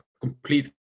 complete